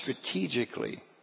strategically